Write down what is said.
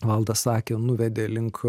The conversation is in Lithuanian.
valdas sakė nuvedė link